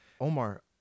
Omar